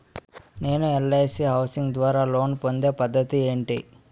నేను LIC housing ద్వారా loan పొందే పద్ధతి ఏంటి?